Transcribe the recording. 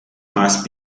must